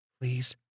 please